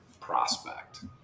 prospect